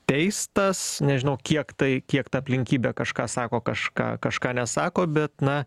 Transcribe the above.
teistas nežinau kiek tai kiek ta aplinkybė kažką sako kažką kažką nesako bet na